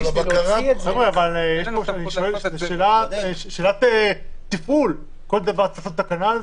בכל דבר צריך לעשות תקנה?